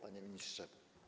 Panie Ministrze!